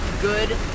good